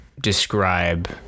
describe